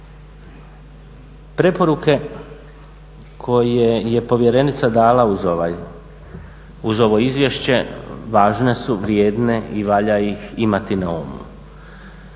Preporuke koje je povjerenica dala uz ovaj, uz ovo izvješće važne su, vrijedne i valja ih imati na umu.